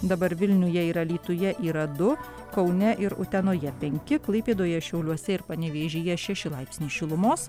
dabar vilniuje ir alytuje yra du kaune ir utenoje penki klaipėdoje šiauliuose ir panevėžyje šeši laipsniai šilumos